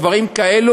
או דברים כאלה,